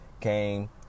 came